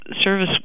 service